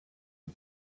you